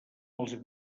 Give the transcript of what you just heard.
els